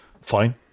Fine